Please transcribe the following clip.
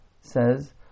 says